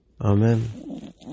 Amen